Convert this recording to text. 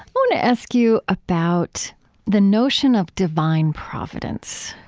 i want to ask you about the notion of divine providence,